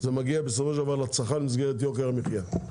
זה מגיע בסופו של דבר לצרכן במסגרת יוקר המחיה.